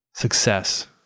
Success